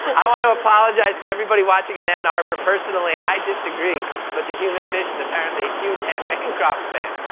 i want to apologize to everybody watching in ann arbor. personally, i disagree, but the human fish is apparently a huge and bancroft fan.